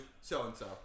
so-and-so